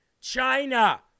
China